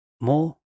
more